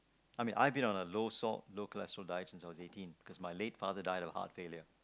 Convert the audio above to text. I mean I've been on a low salt low cholesterol diet since I was eighteen because my late father died of heart failure